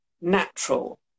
natural